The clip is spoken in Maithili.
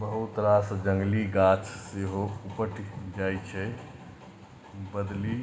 बहुत रास जंगली गाछ सेहो उपटि जाइ छै बदलि